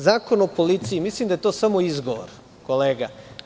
Zakon o policiji - mislim da je to samo izgovor, kolega.